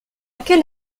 quelle